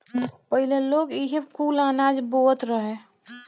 पहिले लोग इहे कुल अनाज बोअत रहे